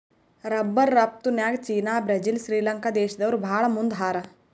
rubber ರಫ್ತುನ್ಯಾಗ್ China Brazil Sri Lanka ದೇಶ್ದವ್ರು ಭಾಳ್ ಮುಂದ್ ಹಾರ